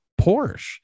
Porsche